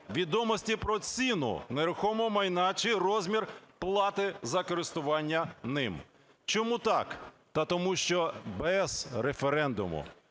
відомості про ціну нерухомого майна чи розмір плати за користування ним. Чому так? Та тому що без референдуму,